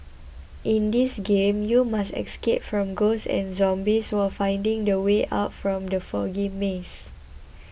in this game you must escape from ghosts and zombies while finding the way out from the foggy maze